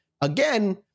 Again